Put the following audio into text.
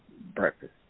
breakfast